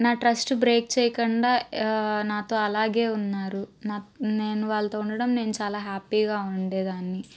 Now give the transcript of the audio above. నా trust break చేయకుండా నాతో అలాగే ఉన్నారు నా నేను వాళ్లతో ఉండడం నేను చాలా హ్యాపీగా ఉండేదాన్ని